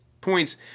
points